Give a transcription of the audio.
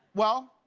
well,